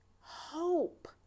hope